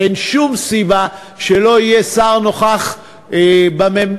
אין שום סיבה שלא יהיה שר נוכח במליאה,